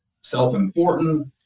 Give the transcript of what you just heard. self-important